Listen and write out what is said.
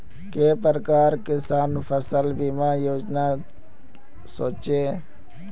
के प्रकार किसान फसल बीमा योजना सोचें?